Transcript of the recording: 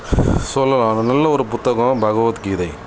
சொல்லவா நல்ல ஒரு புத்தகம் பகவத் கீதை